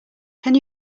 can